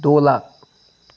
द' लाख